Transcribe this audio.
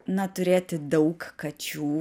na turėti daug kačių